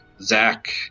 Zach